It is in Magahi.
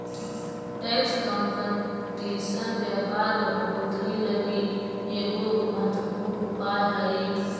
टैक्स कंपटीशन व्यापार बढ़ोतरी लगी एगो महत्वपूर्ण उपाय हई